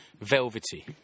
velvety